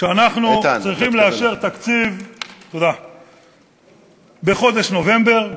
שאנחנו צריכים לאשר תקציב בחודש נובמבר?